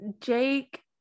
Jake